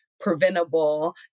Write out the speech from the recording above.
preventable